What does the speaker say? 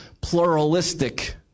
pluralistic